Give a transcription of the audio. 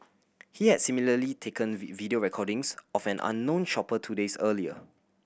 he had similarly taken video recordings of an unknown shopper two days earlier